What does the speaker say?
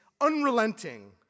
unrelenting